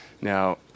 Now